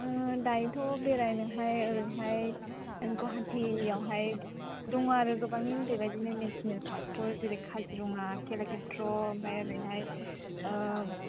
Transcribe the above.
ओ दायोथ' बेरायनोहाय ओरैहाय गुवाहाटीआवहाय दङ आरो गोबाङै बेबायदिनो नेसनेल पार्क जेरै काजिरङा कलाखेत्र ओमफ्राय ओरैहाय